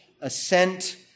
assent